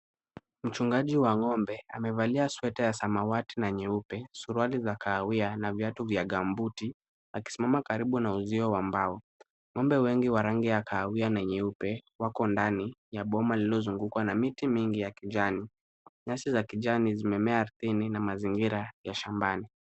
Mchungaji wa ng'ombe amevalia sweta ya samawati na nyeupe, suruali za kahawia na viatu vya gambuti akisimama karibu na uzio wa mbao. Ng'ombe wengi wa rangi ya kahawia na nyeupe wako ndani ya boma lililozungukwa na miti mingi ya kijani. Nyasi za kijani zimemea ardhini na mazingira ya shambani.